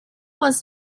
was